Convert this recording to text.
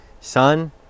Son